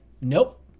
nope